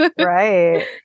right